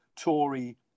Tory